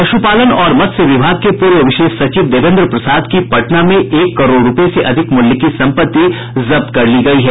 पशुपालन और मत्स्य विभाग के पूर्व विशेष सचिव देवेन्द्र प्रसाद की पटना में एक करोड़ रूपये से अधिक मूल्य की सम्पत्ति जब्त कर ली गयी है